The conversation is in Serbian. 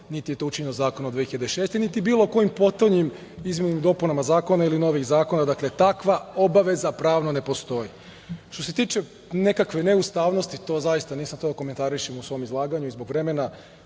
niti je to učinio zakon iz 2006. godine, niti bilo kojim potonjim izmenama i dopunama zakona ili novih zakona. Dakle, takva obaveza pravno ne postoji. Što se tiče nekakve neustavnosti, to zaista nisam hteo da komentarišem u svom izlaganju i zbog vremena.